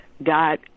God